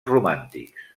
romàntics